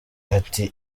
ati